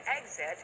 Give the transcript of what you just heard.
exit